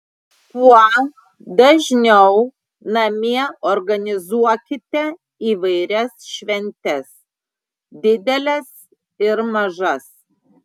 kuo dažniau namie organizuokite įvairias šventes dideles ir mažas